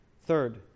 Third